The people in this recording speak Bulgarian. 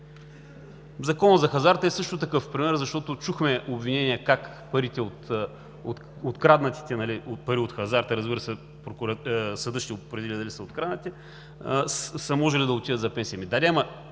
Законът за хазарта е също такъв пример, защото чухме обвинения как откраднатите пари от хазарта, разбира се, съдът ще определи дали са откраднати, са можели да отидат за пенсии.